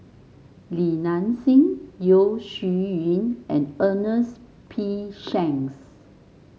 Li Nanxing Yeo Shih Yun and Ernest P Shanks